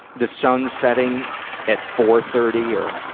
the sun's setting at four thirty or,